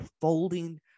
folding